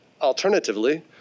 alternatively